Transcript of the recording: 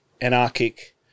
anarchic